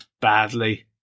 badly